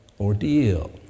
ordeal